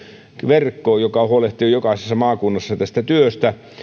verkko joka huolehtii jokaisessa maakunnassa tästä työstä